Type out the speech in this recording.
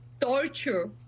torture